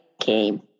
came